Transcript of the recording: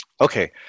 Okay